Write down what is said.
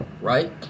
right